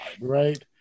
right